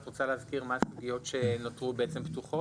את רוצה להזכיר מהן הסוגיות שנותרו פתוחות?